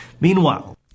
Meanwhile